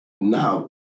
now